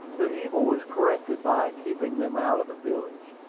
the evil was corrected by keeping them out of the village.